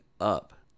up